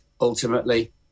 ultimately